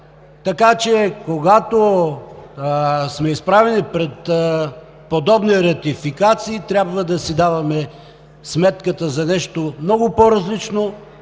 Така че когато сме изправени пред подобни ратификации, трябва да си даваме сметката за нещо много по-различно